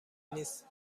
نیست